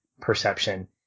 perception